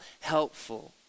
helpful